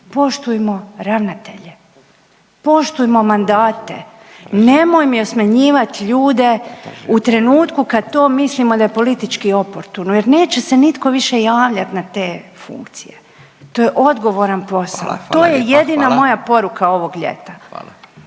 poštujmo ravnatelje, poštujmo mandate. Nemojmo smjenjivati ljude u trenutku kad to mislimo da je politički oportuno jer neće se nitko više javljati na te funkcije. To je odgovaran posao, .../Upadica: Hvala,